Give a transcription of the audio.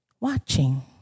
Watching